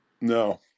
No